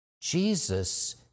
Jesus